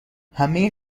همه